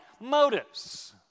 motives